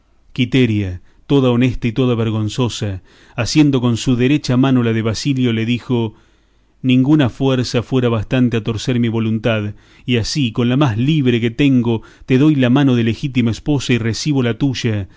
quiteria toda honesta y toda vergonzosa asiendo con su derecha mano la de basilio le dijo ninguna fuerza fuera bastante a torcer mi voluntad y así con la más libre que tengo te doy la mano de legítima esposa y recibo la tuya